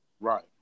Right